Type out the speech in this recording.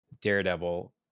Daredevil